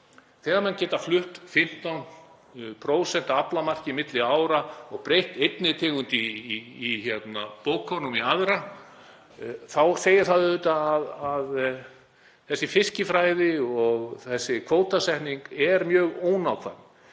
Þegar menn geta flutt 15% af aflamarki milli ára og breytt einni tegund í bókunum í aðra þá segir það manni auðvitað að þessi fiskifræði og þessi kvótasetning er mjög ónákvæm.